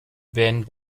bend